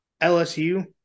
LSU